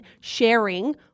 sharing